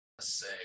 say